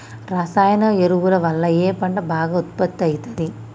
రసాయన ఎరువుల వల్ల ఏ పంట బాగా ఉత్పత్తి అయితది?